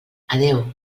adéu